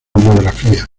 bibliografía